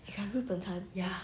you got 日本餐